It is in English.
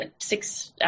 six